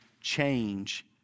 change